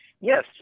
Yes